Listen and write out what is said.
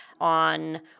on